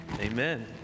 amen